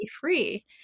free